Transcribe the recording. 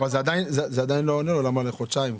אבל זה עדיין לא עונה לו למה לחודשיים.